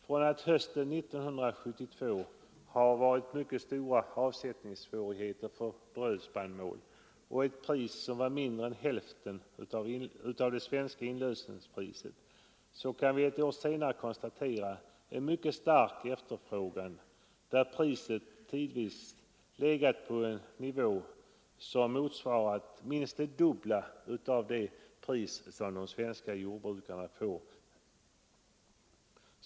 Från att det under hösten 1972 har varit stora avsättningssvårigheter för brödspannmål och ett pris som var mindre än hälften av det svenska inlösenpriset, har vi ett år senare kunnat konstatera en mycket stark efterfrågan, där priset tidvis har legat på en nivå som motsvarat minst dubbelt så mycket som det pris de svenska jordbrukarna får.